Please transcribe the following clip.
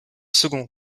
second